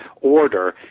order